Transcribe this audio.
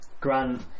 Grant